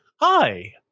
Hi